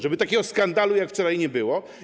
Żeby takiego skandalu jak wczoraj nie było.